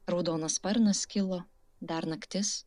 raudonas sparnas kilo dar naktis